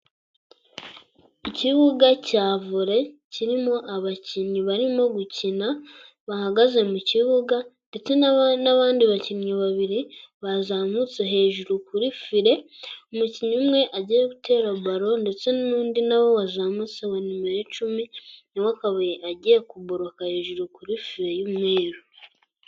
Ikibuga cya vole kirimo abakinnyi barimo gukina bahagaze mu kibuga, ndetse n'abandi bakinnyi babiri bazamutse hejuru kuri fire. Umukinnyi umwe agiye gutera balo, ndetse n'undi nawe wazamutse wa nimero icumi nawe akaba agiye kuboroka hejuru kuri fire y'umweru.